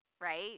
right